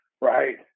right